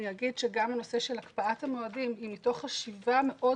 אגיד גם שהנושא של הקפאת המועדים הוא מתוך חשיבה מאוד